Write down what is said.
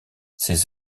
ses